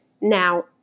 now